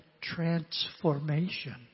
transformation